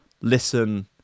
listen